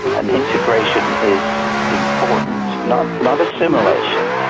and integration is important, not not assimilation,